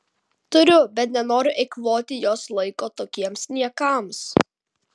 turiu bet nenoriu eikvoti jos laiko tokiems niekams